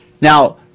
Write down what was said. Now